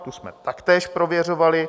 Tu jsme taktéž prověřovali.